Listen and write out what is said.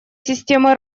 системы